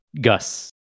gus